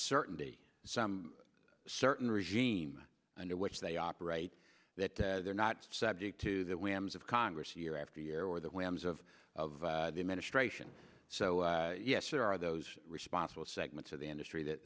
certainty some certain regime under which they operate that they're not subject to the whims of congress year after year or the whims of the administration so yes there are those responsible segments of the industry that